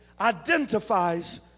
identifies